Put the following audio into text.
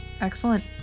excellent